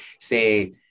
say